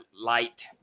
light